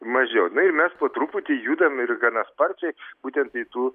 mažiau na ir mes po truputį judam ir gana sparčiai būtent į tų